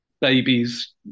babies